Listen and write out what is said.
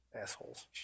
Assholes